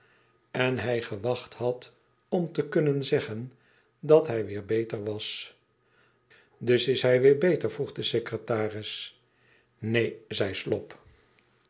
en hij gewacht had om te kunnen zeggen dat hij weer beter was dus is hij nu weer beter r vroeg de secretaris neen zei slop